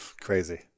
crazy